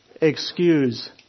excuse